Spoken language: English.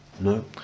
No